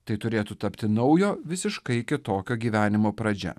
tai turėtų tapti naujo visiškai kitokio gyvenimo pradžia